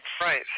Right